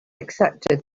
accepted